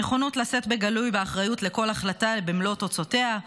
נכונות לשאת בגלוי באחריות לכל החלטה במלוא תוצאותיה,